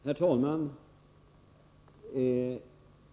Herr talman!